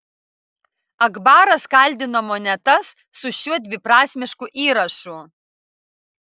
akbaras kaldino monetas su šiuo dviprasmišku įrašu